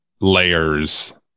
layers